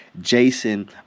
Jason